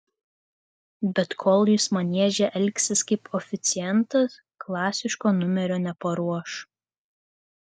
bet kol jis manieže elgsis kaip oficiantas klasiško numerio neparuoš